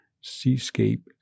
seascape